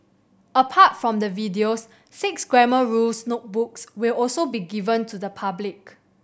apart from the videos six Grammar Rules notebooks will also be given to the public